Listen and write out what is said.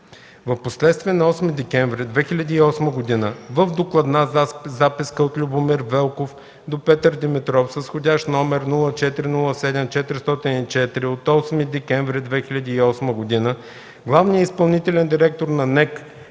Впоследствие на 8 декември 2008 г. в докладна записка от Любомир Велков до Петър Димитров с вх. № 04-07-404 от 8 декември 2008 г. главният изпълнителен директор на НЕК